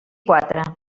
quatre